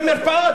מספיק,